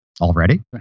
already